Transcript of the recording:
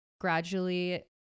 gradually